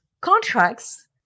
Contracts